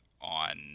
on